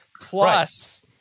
plus